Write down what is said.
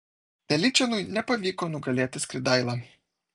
telyčėnui nepavyko nugalėti skridailą